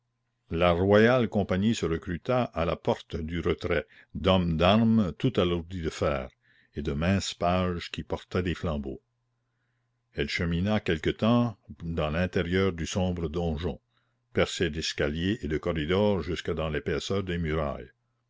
la royale compagnie se recruta à la porte du retrait d'hommes d'armes tout alourdis de fer et de minces pages qui portaient des flambeaux elle chemina quelque temps dans l'intérieur du sombre donjon percé d'escaliers et de corridors jusque dans l'épaisseur des murailles